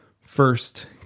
first